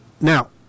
Now